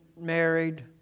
married